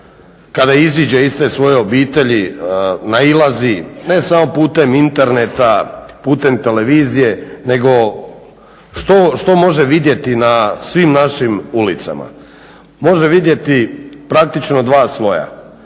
kada iziđe iz te svoje obitelji nailazi, ne samo putem interneta, putem televizije nego što može vidjeti na svim našim ulicama? Može vidjeti praktično dva sloja,